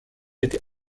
été